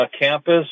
campus